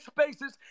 spaces